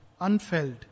unfelt